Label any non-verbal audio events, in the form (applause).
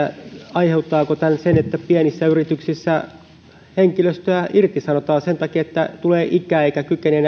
aiheuttaako tämä sen että pienissä yrityksissä henkilöstöä irtisanotaan sen takia että tulee ikää eikä kykene (unintelligible)